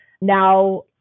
now